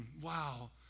wow